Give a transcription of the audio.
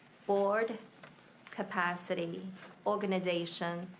board capacity organization,